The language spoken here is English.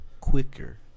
quicker